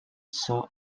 saw